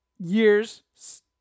years